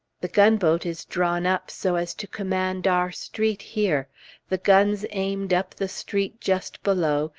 the gunboat is drawn up so as to command our street here the guns aimed up the street just below,